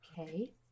Okay